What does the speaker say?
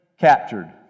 captured